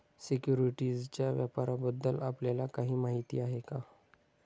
सिक्युरिटीजच्या व्यापाराबद्दल आपल्याला काही माहिती आहे का?